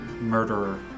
murderer